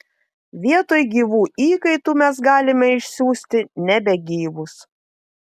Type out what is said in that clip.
vietoj gyvų įkaitų mes galime išsiųsti nebegyvus